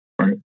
Right